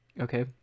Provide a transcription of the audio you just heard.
Okay